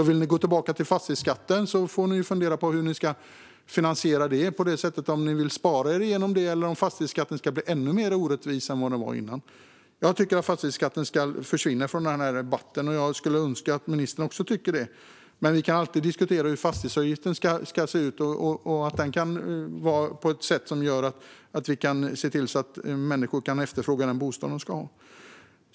Vill ni gå tillbaka till fastighetsskatten får ni fundera på hur ni ska finansiera det, om ni vill spara er igenom det eller om fastighetsskatten ska bli ännu mer orättvis än vad den var tidigare. Jag tycker att fastighetsskatten ska försvinna från debatten, och jag önskar att ministern också tycker det. Men vi kan alltid diskutera hur fastighetsavgiften ska se ut. Den kan vara på ett sätt som gör att vi kan se till att människor kan efterfråga den bostad de behöver.